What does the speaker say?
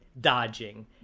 dodging